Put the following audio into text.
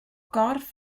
gorff